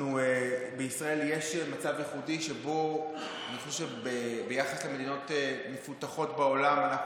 בישראל יש מצב ייחודי: ביחס למדינות מפותחות בעולם אנחנו